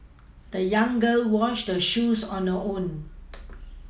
the young girl washed her shoes on her own